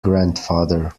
grandfather